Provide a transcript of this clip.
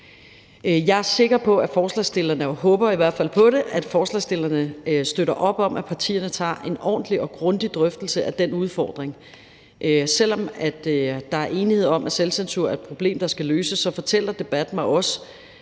Jeg er sikker på – jeg håber i hvert fald på det – at forslagsstillerne støtter op om, at partierne tager en ordentlig og grundig drøftelse af den udfordring. Selv om der er enighed om, at selvcensur er et problem, der skal løses, så fortæller debatten mig også,